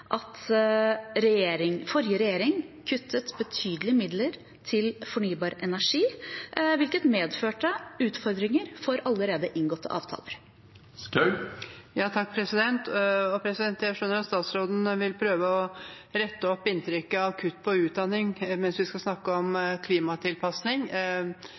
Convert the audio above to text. at den forrige regjeringen kuttet betydelige midler til fornybar energi, hvilket medførte utfordringer for allerede inngåtte avtaler. Jeg skjønner at statsråden vil prøve å rette opp inntrykket av kutt på utdanning, mens vi skal snakke om